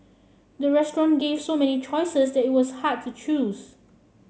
the restaurant gave so many choices that it was hard to choose